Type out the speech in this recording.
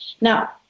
Now